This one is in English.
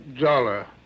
Dollar